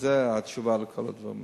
וזו התשובה לכל הדברים האלה: